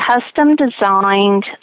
custom-designed